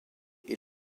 est